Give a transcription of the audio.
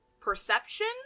perception